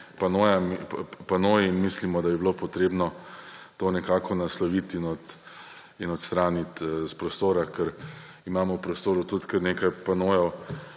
panoji in mislimo, da bi bilo treba to nekako nasloviti in odstraniti iz prostora. Ker imamo v prostoru tudi kar nekaj panojev,